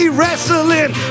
wrestling